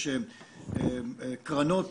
יש קרנות,